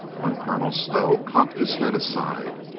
when colonel stow cocked his head aside.